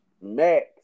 Max